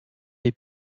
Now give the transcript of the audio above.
les